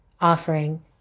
offering